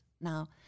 Now